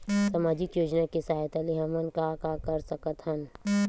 सामजिक योजना के सहायता से हमन का का कर सकत हन?